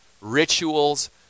rituals